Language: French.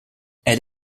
elle